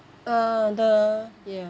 uh the ya